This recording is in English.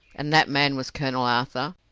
and that man was colonel arthur?